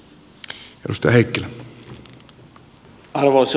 arvoisa puhemies